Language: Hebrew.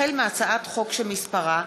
החל בהצעת חוק שמספרה